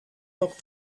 took